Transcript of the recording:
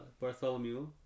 Bartholomew